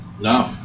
No